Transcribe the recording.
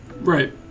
Right